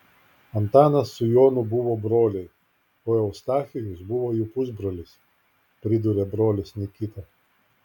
antanas su jonu buvo broliai o eustachijus buvo jų pusbrolis priduria brolis nikita